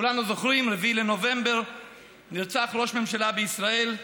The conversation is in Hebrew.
כולנו זוכרים: ב-4 בנובמבר נרצח ראש ממשלה בישראל,